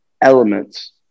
elements